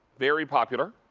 very popular.